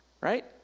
right